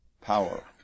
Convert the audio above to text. power